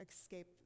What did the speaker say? escape